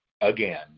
again